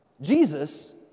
Jesus